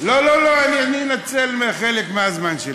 לא לא לא, אני אנצל חלק מהזמן שלי.